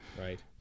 Right